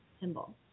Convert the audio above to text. symbol